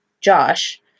Josh